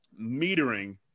metering